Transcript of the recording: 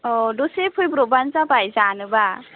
औ दसे फैब्र'ब्बानो जाबाय जानोबा